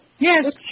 Yes